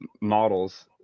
models